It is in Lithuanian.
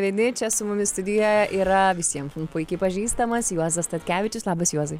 vieni čia su mumis studijoje yra visiems mum puikiai pažįstamas juozas statkevičius labas juozai